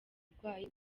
burwayi